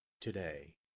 today